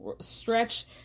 Stretch